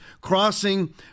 crossing